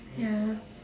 ya